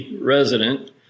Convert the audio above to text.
resident